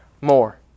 more